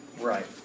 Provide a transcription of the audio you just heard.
Right